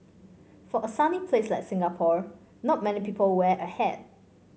for a sunny place like Singapore not many people wear a hat